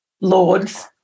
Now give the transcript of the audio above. lords